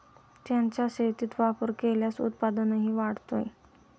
त्यांचा शेतीत वापर केल्यास उत्पादनही वाढते